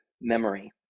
memory